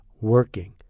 working